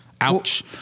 Ouch